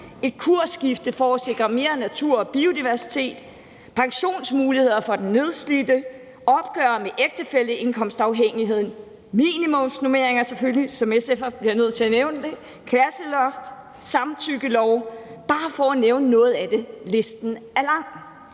et kursskifte for at sikre mere natur og biodiversitet, pensionsmuligheder for den nedslidte, opgør med ægtefælleindkomstafhængigheden, minimumsnormeringer selvfølgelig, som SF har kæmpet for, og som jeg bliver nødt